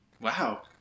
Wow